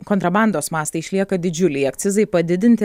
kontrabandos mastai išlieka didžiuliai akcizai padidinti